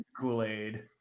Kool-Aid